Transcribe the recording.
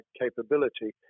capability